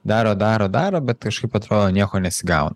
daro daro daro bet kažkaip atrodo nieko nesigauna